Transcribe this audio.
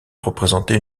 représenté